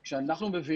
וכשאנחנו,